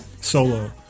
solo